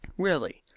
really,